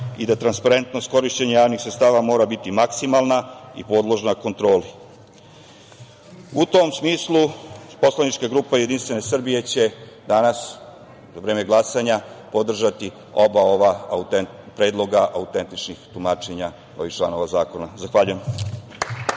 i da transparentnost korišćenja javnih sredstava mora biti maksimalna i podložna kontroli.U tom smislu poslanička grupa JS danas će, u vreme glasanja, podržati oba ova predloga autentičnih tumačenja ovih predloga zakona. Zahvaljujem.